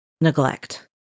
neglect